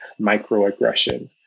microaggression